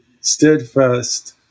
steadfast